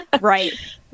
right